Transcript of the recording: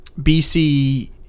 BC